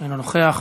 אינו נוכח,